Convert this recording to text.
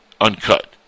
uncut